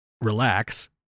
Relax